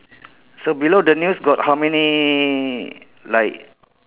so below the news got how many like